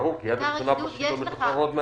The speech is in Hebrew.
ברור, כי יד ראשונה לא משוחררות.